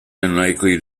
unlikely